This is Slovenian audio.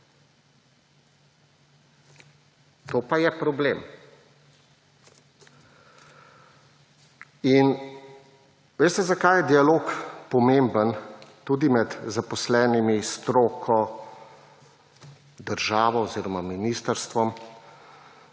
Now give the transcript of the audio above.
To pa je problem. In, veste zakaj je dialog pomemben tudi med zaposlenimi, stroko, državo oziroma ministrstvom?